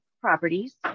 properties